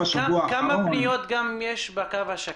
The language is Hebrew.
כמה פניות יש בקו השקט?